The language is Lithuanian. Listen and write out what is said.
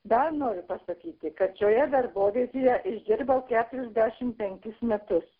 dar noriu pasakyti kad šioje darbovietėje išdirbau keturiasdešim penkis metus